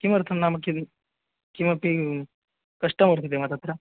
किमर्थं नाम किं किमपि कष्टं वर्तते वा तत्र